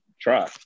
try